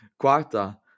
Quarta